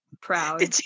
Proud